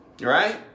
right